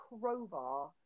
crowbar